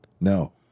No